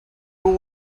all